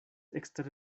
ekster